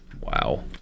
Wow